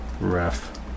Ref